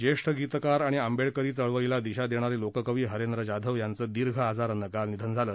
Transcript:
ज्येष्ठ गीतकार आणि आंबेडकरी चळवळीला दिशा देणारे लोककवी हरेंद्र जाधव यांचं दीर्घ आजारानं काल निधन झालं